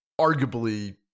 arguably